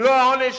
מלוא העונש,